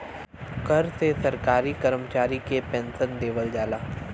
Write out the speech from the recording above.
कर से सरकारी करमचारी के पेन्सन देवल जाला